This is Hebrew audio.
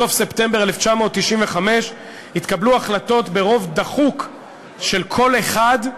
בסוף ספטמבר 1995. התקבלו החלטות ברוב דחוק של קול אחד,